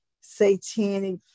satanic